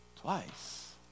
twice